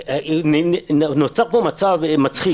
נוצר פה מצב מצחיק.